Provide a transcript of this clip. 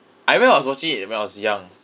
I remember I was watching it when I was young